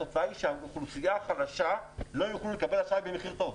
התוצאה שהאוכלוסייה החלשה לא תוכל לקבל אשראי במחיר טוב,